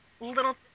little